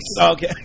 Okay